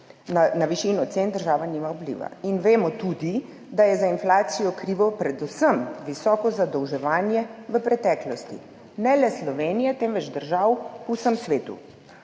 na višino cen država nima vpliva. Vemo tudi, da je za inflacijo krivo predvsem visoko zadolževanje v preteklosti, ne le Slovenije, temveč držav po vsem svetu,